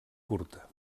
curta